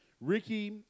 Ricky